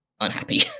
unhappy